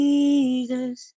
Jesus